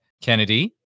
Kennedy